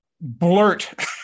blurt